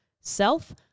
self